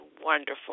wonderful